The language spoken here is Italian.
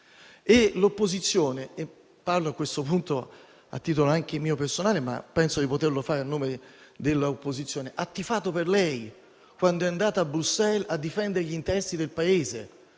e l'opposizione - parlo a questo punto anche a titolo personale, ma penso di poterlo fare a nome anche di altri - ha tifato per lei quando è andato a Bruxelles a difendere gli interessi del Paese,